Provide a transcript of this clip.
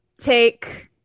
take